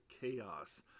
Chaos